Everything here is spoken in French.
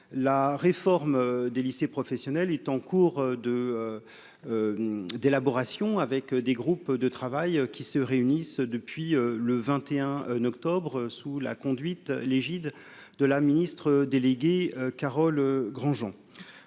la réforme des lycées professionnels est en cours de d'élaboration avec des groupes de travail qui se réunissent depuis le 21 octobre sous la conduite l'égide de la ministre déléguée Carole Granjean,